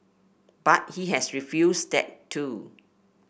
but he has refused that too